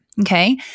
Okay